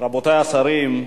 רבותי השרים,